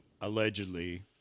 allegedly